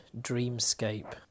dreamscape